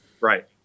Right